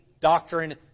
doctrine